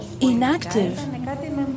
inactive